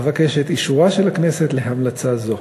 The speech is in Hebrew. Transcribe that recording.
אבקש את אישורה של הכנסת להמלצה זו.